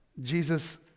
Jesus